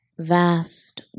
vast